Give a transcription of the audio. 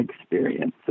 experiences